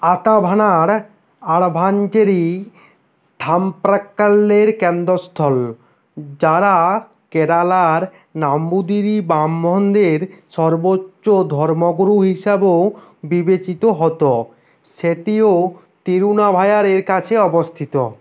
আতাভানাড় আঢ়ভানচেরি থাম্প্রাক্কালের কেন্দ্রস্থল যারা কেরালার নাম্বুদিরি ব্রাহ্মণদের সর্বোচ্চ ধর্মগুরু হিসাবেও বিবেচিত হতো সেটিও তিরুনাভায়ারের কাছে অবস্থিত